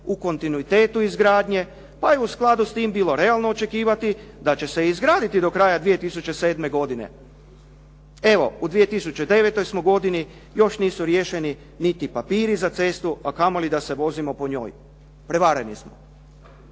u kontinuitetu izgradnje pa je u skladu s tim bilo realno očekivati da će se izgraditi do kraja 2007. godine. Evo u 2009. smo godini, još nisu riješeni niti papiri za cestu, a kamoli da se vozimo po njoj. Prevareni smo.